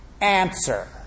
Answer